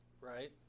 right